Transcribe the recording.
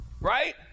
Right